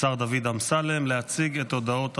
השר דוד אמסלם, להציג את הודעות הממשלה.